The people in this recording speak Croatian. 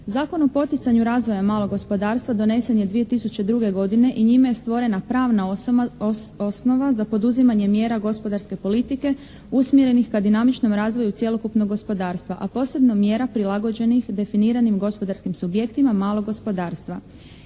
Zakon o poticanju razvoja malog gospodarstva donesen je 2002. godine i njime je stvorena pravna osnova za poduzimanje mjera gospodarske politike usmjerenih ka dinamičnom razvoju cjelokupnog gospodarstva, a posebno mjera prilagođenih definiranim gospodarskim subjektima malog gospodarstva.